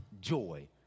joy